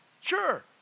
Sure